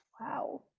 wow